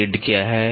lead क्या है